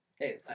Hey